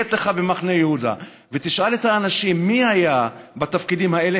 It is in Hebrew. תשייט לך במחנה יהודה ותשאל את האנשים מי היה בתפקידים האלה,